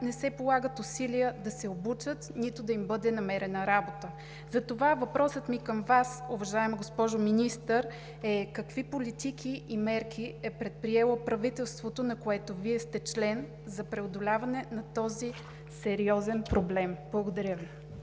не се полагат усилия да се обучат, нито да им бъде намерена работа. Въпросът ми към Вас, уважаема госпожо Министър, е: какви политики и мерки е предприело правителството, на което Вие сте член, за преодоляване на този сериозен проблем? Благодаря Ви.